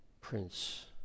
Prince